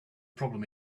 problem